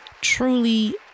truly